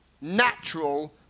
natural